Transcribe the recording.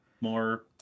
more